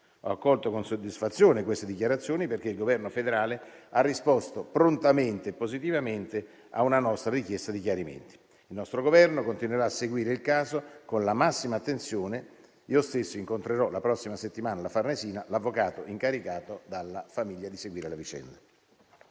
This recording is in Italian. Ho accolto con soddisfazione queste dichiarazioni, perché il Governo federale ha risposto prontamente e positivamente a una nostra richiesta di chiarimenti. Il nostro Governo continuerà a seguire il caso con la massima attenzione; io stesso incontrerò la prossima settimana alla Farnesina l'avvocato incaricato dalla famiglia di seguire la vicenda.